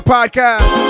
Podcast